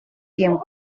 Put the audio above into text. tiempo